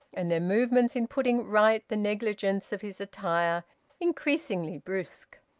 and their movements in putting right the negligence of his attire increasingly brusque.